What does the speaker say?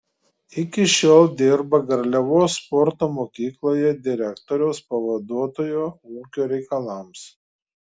iki šiol dirba garliavos sporto mokykloje direktoriaus pavaduotoju ūkio reikalams